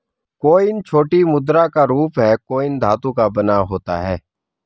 coin छोटी मुद्रा का रूप है कॉइन धातु का बना होता है